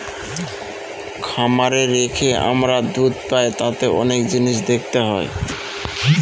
খামারে রেখে আমরা দুধ পাই তাতে অনেক জিনিস দেখতে হয়